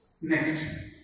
Next